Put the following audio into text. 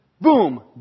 boom